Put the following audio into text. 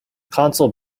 console